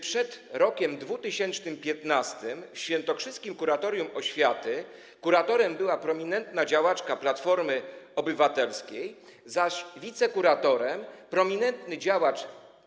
Przed rokiem 2015 w świętokrzyskim kuratorium oświaty kuratorem była prominentna działaczka Platformy Obywatelskiej, zaś wicekuratorem prominentny działacz.